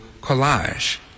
collage